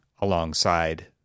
alongside